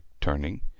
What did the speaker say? turning